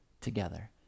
together